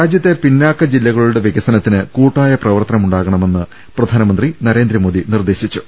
രാജ്യത്തെ പിന്നാക്ക ജില്ലകളുടെ വികസനത്തിന് കൂട്ടായ പ്രവർത്തനമുണ്ടാകണമെന്ന് പ്രധാനമന്ത്രി നരേ ന്ദ്രമോദി നിർദ്ദേശിച്ചു